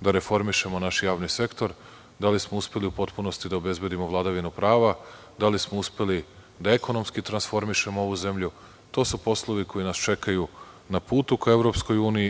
da reformišemo naš javni sektor, da li smo uspeli u potpunosti da obezbedimo vladavinu prava, da li smo uspeli da ekonomski transformišemo ovu zemlju. To su poslovi koji nas čekaju na putu ka EU,